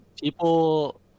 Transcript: People